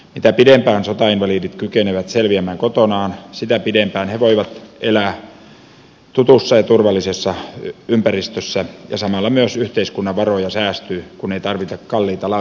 mitä pidempään sotainvalidit kykenevät selviämään kotonaan sitä pidempään he voivat elää tutussa ja turvallisessa ympäristössä ja samalla myös yhteiskunnan varoja säästyy kun ei tarvita kalliita laitospaikkoja